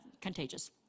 contagious